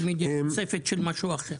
תמיד יש תוספת של משהו אחר.